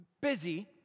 busy